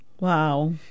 Wow